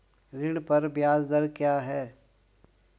ऋण पर ब्याज दर क्या है?